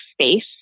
space